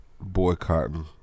Boycotting